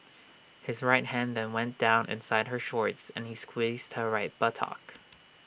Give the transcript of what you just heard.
his right hand then went down inside her shorts and he squeezed her right buttock